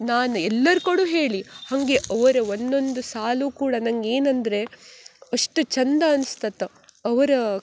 ನಾನು ಎಲ್ಲರ ಕೂಡೂ ಹೇಳಿ ಹಾಗೆ ಅವರ ಒಂದೊಂದು ಸಾಲು ಕೂಡ ನಂಗೆ ಏನಂದರೆ ಅಷ್ಟು ಚಂದ ಅನ್ಸ್ತತ್ತೆ ಅವರ